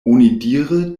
onidire